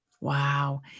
Wow